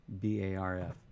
B-A-R-F